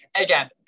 Again